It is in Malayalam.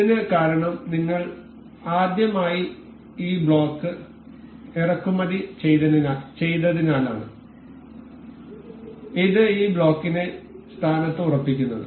ഇതിന് കാരണം നിങ്ങൾ ആദ്യമായി ഈ ബ്ലോക്ക് ഇറക്കുമതി ചെയ്തതിനാലാണ് ഇത് ഈ ബ്ലോക്കിനെ സ്ഥാനത്ത് ഉറപ്പിക്കുന്നത്